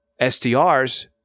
SDRs